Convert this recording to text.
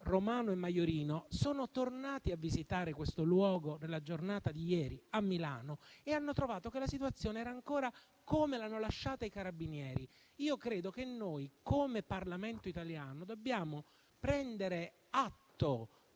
Romano e Majorino, sono tornati a visitare questo luogo nella giornata di ieri a Milano e hanno trovato che la situazione era ancora come l'hanno lasciata i Carabinieri. Credo che noi, come Parlamento italiano, signora Presidente,